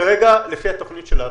כרגע לפי התוכנית שלנו,